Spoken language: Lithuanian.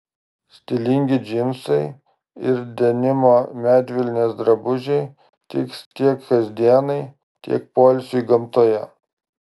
stilingi džinsai ir denimo medvilnės drabužiai tiks tiek kasdienai tiek poilsiui gamtoje